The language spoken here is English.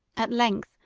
at length,